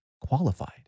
qualified